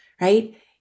right